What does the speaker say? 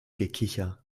gekicher